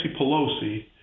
Pelosi